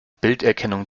bilderkennung